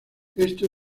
esto